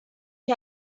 ich